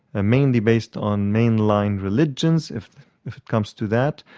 ah mainly based on mainline religions, if if it comes to that,